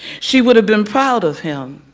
she would have been proud of him